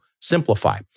Simplify